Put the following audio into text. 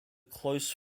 close